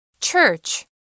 Church